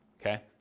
okay